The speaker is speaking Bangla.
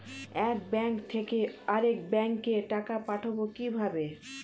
এক ব্যাংক থেকে আরেক ব্যাংকে টাকা পাঠাবো কিভাবে?